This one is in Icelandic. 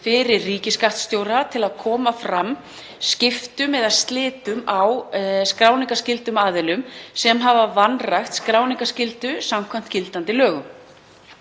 fyrir ríkisskattstjóra til að koma fram skiptum eða slitum á skráningarskyldum aðilum sem hafa vanrækt skráningarskyldu samkvæmt gildandi lögum.